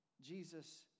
Jesus